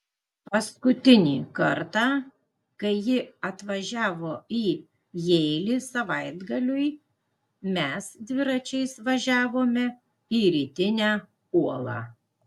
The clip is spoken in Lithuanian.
paskutinį kartą kai ji atvažiavo į jeilį savaitgaliui mes dviračiais važiavome į rytinę uolą